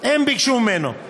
הם ביקשו ממנו.